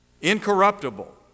incorruptible